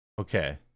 Okay